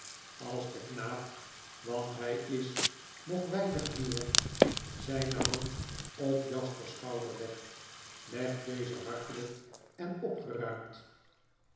als de knaap want hy is nog weinig meer zyne hand op jaspers schouder legt legt deze hartelyk en opgeruimd